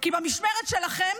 כי במשמרת שלכם